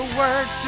work